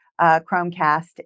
Chromecast